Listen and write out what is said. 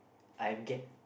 I get